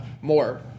more